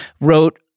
wrote